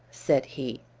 said he.